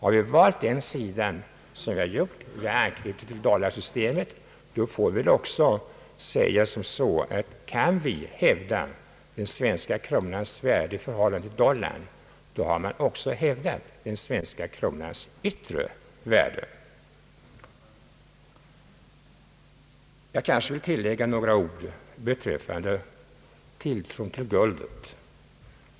Har vi valt den sida som vi har gjort — vi har anknutit kronan till dollarsystemet — måste man säga att om vi kan hävda den svenska kronans värde i förhållande till dollarn, har vi också försvarat den svenska kronans yttre värde. Jag vill tillägga några ord beträffande tilltron till guldet.